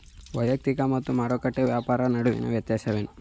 ವೈಯಕ್ತಿಕ ಮತ್ತು ಮಾರುಕಟ್ಟೆ ವ್ಯಾಪಾರ ನಡುವಿನ ವ್ಯತ್ಯಾಸವೇನು?